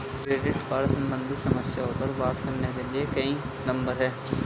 Credit card सम्बंधित समस्याओं पर बात करने के लिए कोई नंबर है?